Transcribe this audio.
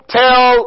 tell